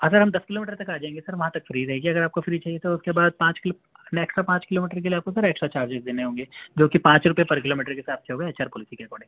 ہاں سر ہم دس کلو میٹر تک آ جائیں گے سر وہاں تک فری رہے گی اگر آپ کو فری چاہیے تو اُس کے بعد پانچ کلو نیکسٹ کا پانچ کلو میٹر کے لیے آپ کو سر ایکسٹرا چارجیز دینے ہوں گے جو کہ پانچ روپئے پر کلو میٹر کے حساب سے ہوگا ایچ آر پولیسی کے اکارڈنگ